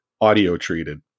audio-treated